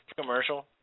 commercial